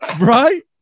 Right